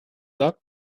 locked